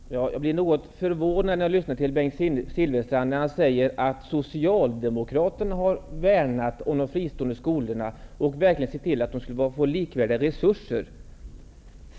Herr talman! Jag blir något förvånad när jag lyssnar till Bengt Silfverstrand. Han säger att Socialdemokraterna har värnat om de fristående skolorna och sett till att de fått likvärdiga resurser.